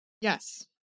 Yes